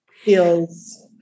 feels